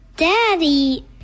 Daddy